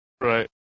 Right